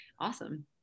awesome